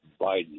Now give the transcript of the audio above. Biden